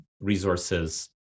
resources